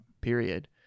period